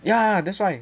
ya that's why